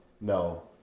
No